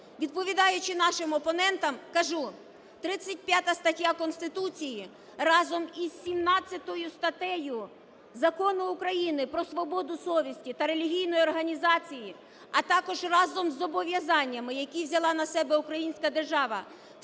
Відповідаючи нашим опонентам, кажу: 35 стаття Конституції разом із 17 статтею Закону України "Про свободу совісті та релігійні організації", а також разом з зобов'язаннями, які взяла на себе українська держава